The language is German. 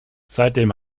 seitdem